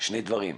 שני דברים: